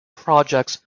projects